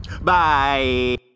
Bye